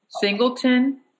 Singleton